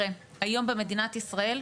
היום במדינת ישראל,